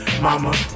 mama